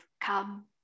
come